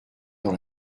dans